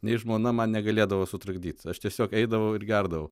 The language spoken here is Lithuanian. nei žmona man negalėdavo sutrukdyti aš tiesiog eidavau ir gerdavau